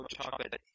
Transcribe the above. Chocolate